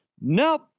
Nope